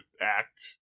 act